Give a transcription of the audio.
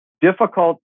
difficult